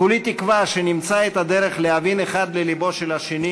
כולי תקווה שנמצא את הדרך להבין האחד ללבו של השני